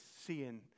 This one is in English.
seeing